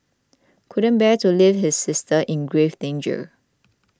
couldn't bear to leave his sister in grave danger